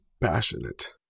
passionate